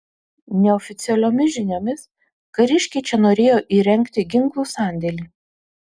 neoficialiomis žiniomis kariškiai čia norėjo įrengti ginklų sandėlį